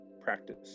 practice